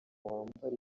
wambara